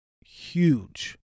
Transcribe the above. huge